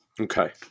Okay